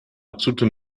absolute